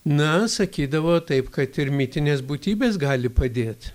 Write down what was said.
na sakydavo taip kad ir mitinės būtybės gali padėt